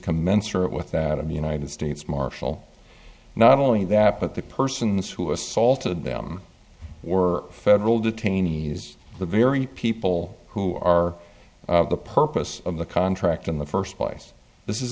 commensurate with that of the united states marshal not only that but the persons who assaulted them or federal detainees the very people who are the purpose of the contract in the first place this is